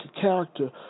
character